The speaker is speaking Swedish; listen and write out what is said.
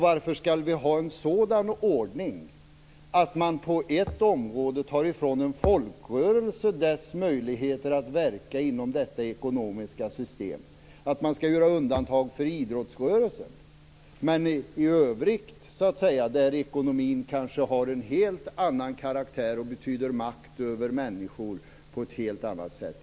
Varför skall vi ha en sådan ordning att vi på ett område tar ifrån en folkrörelse dess möjligheter att verka inom detta ekonomiska system? Varför skall vi göra undantag för idrottsrörelsen men inte i övrigt göra några insatser där ekonomin kanske har en helt annan karaktär och betyder makt över människor på ett helt annat sätt?